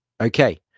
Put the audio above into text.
Okay